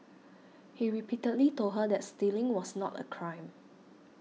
he repeatedly told her that stealing was not a crime